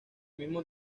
mismo